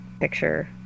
picture